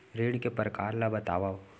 ऋण के परकार ल बतावव?